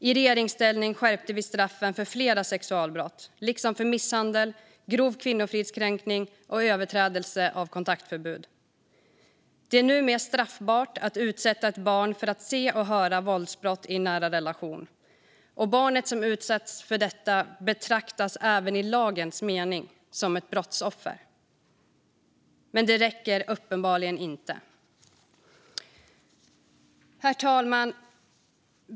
I regeringsställning skärpte vi straffen för flera sexualbrott, liksom för misshandel, grov kvinnofridskränkning och överträdelse av kontaktförbud. Det är numera straffbart att utsätta ett barn för att se och höra våldsbrott i nära relation. Barnet som utsätts för detta betraktas även i lagens mening som ett brottsoffer. Men det räcker uppenbarligen inte. Herr talman!